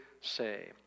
say